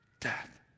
Death